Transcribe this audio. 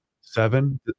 Seven